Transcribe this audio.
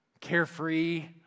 carefree